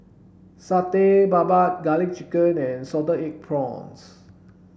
satay babat garlic chicken and salted egg prawns